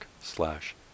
slash